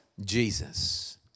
Jesus